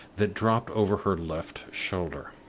that dropped over her left shoulder.